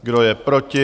Kdo je proti?